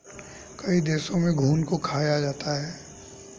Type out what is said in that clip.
कई देशों में घुन को खाया जाता है